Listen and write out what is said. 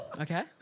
Okay